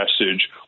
message